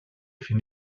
effet